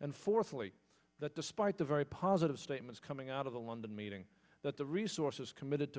and fourthly that despite the very positive statements coming out of the london meeting that the resources committed to